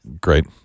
Great